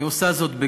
היא עושה את זה בגלוי